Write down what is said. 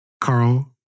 Carl